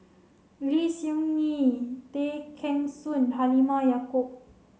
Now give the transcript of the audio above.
Lim Soo Ngee Tay Kheng Soon Halimah Yacob